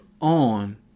on